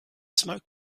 smoke